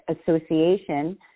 association